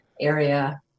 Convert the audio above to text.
area